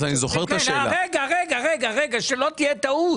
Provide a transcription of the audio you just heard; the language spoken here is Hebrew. רגע, שלא תהיה טעות